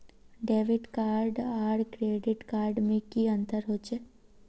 Debit card आर credit card में की अंतर होचे?